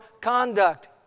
conduct